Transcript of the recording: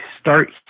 start